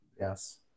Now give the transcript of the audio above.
Yes